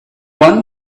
won